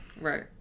Right